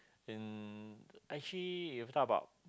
in actually you talk about